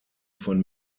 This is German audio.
von